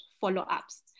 follow-ups